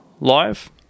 live